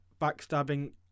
backstabbing